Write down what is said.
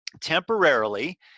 temporarily